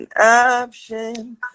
option